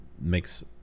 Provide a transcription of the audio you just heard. makes